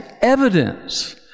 evidence